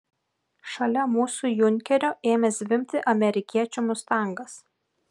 šalia mūsų junkerio ėmė zvimbti amerikiečių mustangas